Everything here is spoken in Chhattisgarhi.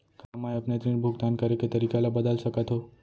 का मैं अपने ऋण भुगतान करे के तारीक ल बदल सकत हो?